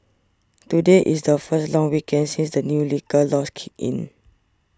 today is the first long weekend since the new liquor laws kicked in